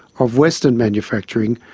of western manufacturing,